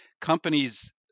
companies